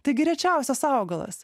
taigi rečiausias augalas